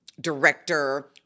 director